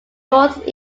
north